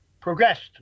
progressed